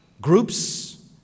Groups